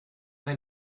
they